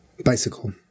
Bicycle